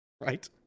right